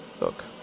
Look